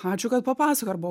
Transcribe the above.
ačiū kad papasakojai arba